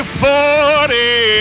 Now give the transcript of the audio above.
forty